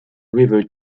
river